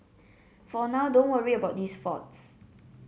for now don't worry about these faults